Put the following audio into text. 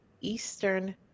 eastern